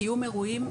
קיום אירועים,